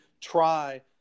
try